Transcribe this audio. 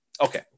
Okay